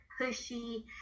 pushy